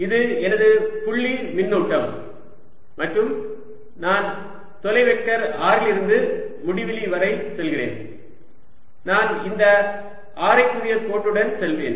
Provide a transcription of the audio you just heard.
இது எனது புள்ளி மின்னூட்டம் மற்றும் நான் தொலை வெக்டர் r இலிருந்து முடிவிலி வரை செல்கிறேன் நான் இந்த ஆரைக்குரிய கோடுடன் செல்வேன்